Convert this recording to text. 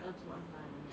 ya I didn't know